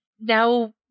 Now